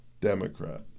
Democrat